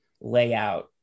layout